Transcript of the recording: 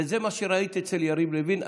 וזה מה שראית אצל יריב לוין.